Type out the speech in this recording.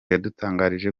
yadutangarije